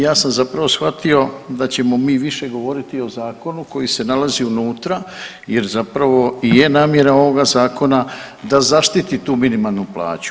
Ja sam zapravo shvatio da ćemo mi više govoriti o zakonu koji se nalazi unutra, jer zapravo i je namjera ovoga zakona da zaštiti tu minimalnu plaću.